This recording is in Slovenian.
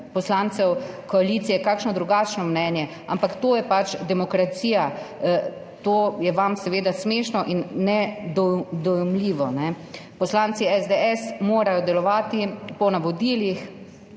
poslancev koalicije kakšno drugačno mnenje, ampak to je pač demokracija, to je vam seveda smešno in nedojemljivo. Poslanci SDS morajo delovati po navodilih,